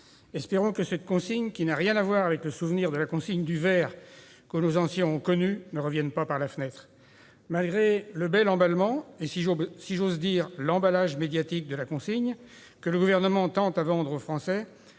Espérons que cette consigne, qui n'a rien à voir avec le souvenir de la consigne du verre que nos anciens ont connue, ne revienne pas par la fenêtre ! Malgré le bel emballement et, si j'ose dire, l'emballage médiatique de la consigne que le Gouvernement tend à vendre aux Français,